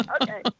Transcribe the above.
okay